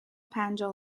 پنجاه